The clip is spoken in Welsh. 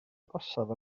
agosaf